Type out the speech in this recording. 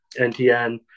NTN